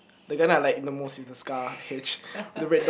they guy I like the most is the scar H with the red